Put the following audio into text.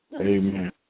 Amen